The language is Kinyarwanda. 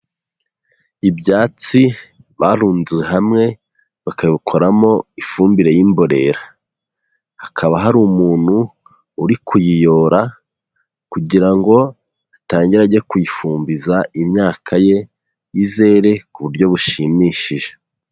Ibyatsi barunze hamwe bakabikoramo ifumbire y'imborera, hakaba hari umuntu uri kuyiyora kugira ngo atangire ajye kuyifumbiza imyaka ye izere ku buryo bushimishije.